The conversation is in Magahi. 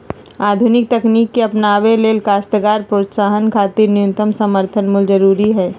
आधुनिक तकनीक के अपनावे ले काश्तकार प्रोत्साहन खातिर न्यूनतम समर्थन मूल्य जरूरी हई